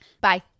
Bye